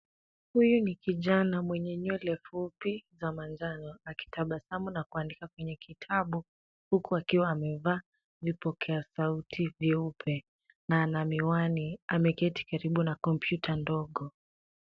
Huyu ni kijana mwenye nywele fupi za manjan akitabasamu na kuandika kwenye kitabu huku akiwa amevaa vipokea sauti vyeupe na ana miwani, ameketi karibu na kompyuta ndogo.